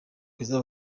rwiza